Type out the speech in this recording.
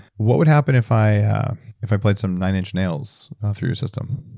what would happen if i if i played some nine inch nails through system?